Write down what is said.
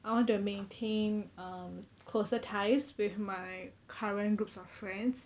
I want to maintain um closer ties with my current groups of friends